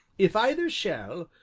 if either shall,